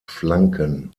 flanken